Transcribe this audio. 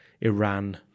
Iran